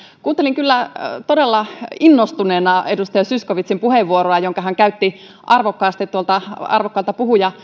kuuntelin kyllä todella innostuneena edustaja zyskowiczin puheenvuoroa jonka hän käytti arvokkaasti tuolta arvokkaalta